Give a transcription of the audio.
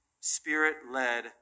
spirit-led